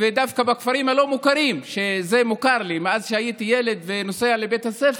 דווקא בכפרים הלא-מוכרים זה מוכר לי מאז שהייתי ילד ונוסע לבית הספר.